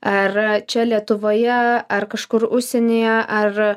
ar čia lietuvoje ar kažkur užsienyje ar